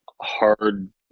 hard